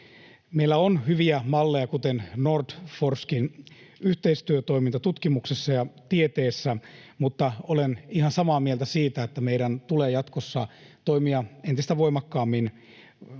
Meillä on hyviä malleja, kuten NordForskin yhteistyötoiminta tutkimuksessa ja tieteessä, mutta olen ihan samaa mieltä siitä, että meidän tulee jatkossa toimia entistä voimakkaammin